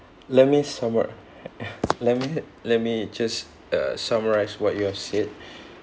let me summa~ let me let me just uh summarise what you have said